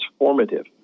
transformative